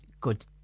good